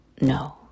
No